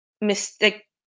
Mystic